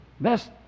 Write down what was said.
best